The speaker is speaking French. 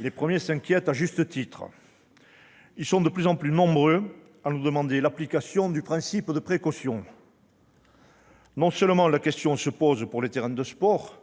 Les premiers s'inquiètent à juste titre. Ils sont de plus en plus nombreux à nous demander l'application du principe de précaution. Le sujet concerne non seulement les terrains de sport,